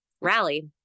rally